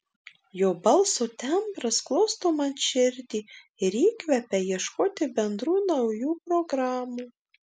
jo balso tembras glosto man širdį ir įkvepia ieškoti bendrų naujų programų